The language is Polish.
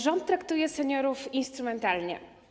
Rząd traktuje seniorów instrumentalnie.